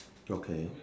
okay